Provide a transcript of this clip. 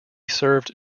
served